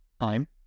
time